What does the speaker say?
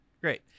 great